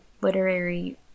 literary